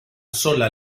sola